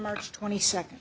march twenty second